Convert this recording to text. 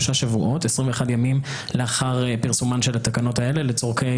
שבועות 21 ימים לאחר פרסומן של התקנות האלה לצורכי